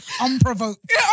Unprovoked